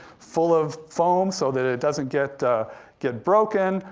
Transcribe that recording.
full of foam so that it doesn't get get broken.